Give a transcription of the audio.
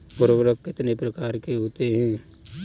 उर्वरक कितने प्रकार के होते हैं?